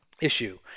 issue